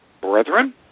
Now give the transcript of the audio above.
brethren